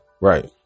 Right